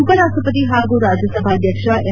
ಉಪರಾಷ್ಟಪತಿ ಹಾಗೂ ರಾಜ್ಯಸಭಾಧ್ಯಕ್ಷ ಎಂ